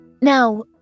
Now